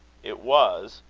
it was,